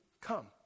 come